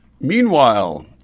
Meanwhile